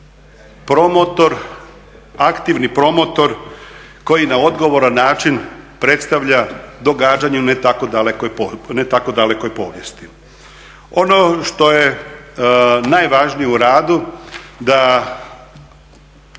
promotor, aktivni promotor koji na odgovoran način predstavlja događanje u ne tako dalekoj povijesti. Ono što je najvažnije u radu, da